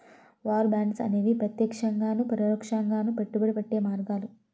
war bonds అనేవి ప్రత్యక్షంగాను పరోక్షంగాను పెట్టుబడి పెట్టే మార్గాలు